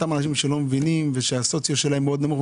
אותם אנשים שלא מבינים ושהמעמד הסוציו-אקונומי שלהם נמוך מאוד,